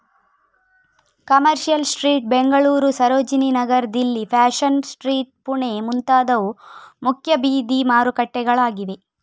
commercial street Bengaluru, Sarojini Nagar Delhi, fashion street Pune ಮುಂತಾದವು ಮುಖ್ಯ ಬೀದಿ ಮಾರುಕಟ್ಟೆಗಳಾಗಿವೆ